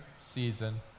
season